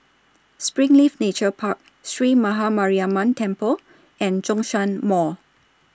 Springleaf Nature Park Sree Maha Mariamman Temple and Zhongshan Mall